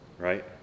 Right